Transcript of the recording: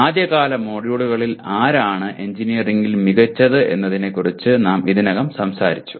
ആദ്യകാല മൊഡ്യൂളുകളിൽ ആരാണ് എഞ്ചിനീയറിംഗിൽ മികച്ചത് എന്നതിനെക്കുറിച്ച് നാം ഇതിനകം സംസാരിച്ചു